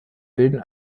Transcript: bilden